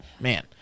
man